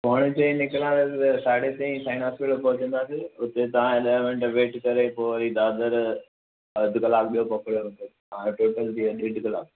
पोणे टे निकिरां त साढे चई साईं हॉस्पिटल पहुचंदासे हुते तव्हां ॾह मिंट वेट करे पोइ वरी दादर अधि कलाकु ॿियो पकिड़े वठो तव्हांखे टोटल थी विया ॾेढ कलाकु